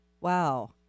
Wow